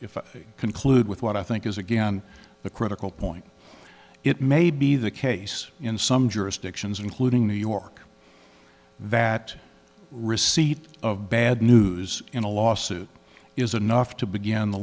if i conclude with what i think is again the critical point it may be the case in some jurisdictions including new york that receipt of bad news in a lawsuit is enough to begin the